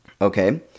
okay